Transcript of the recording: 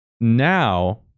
Now